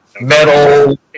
metal